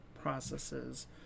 processes